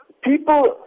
People